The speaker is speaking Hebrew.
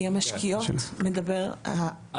כי המשקיות מדבר --- על המשק.